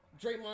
Draymond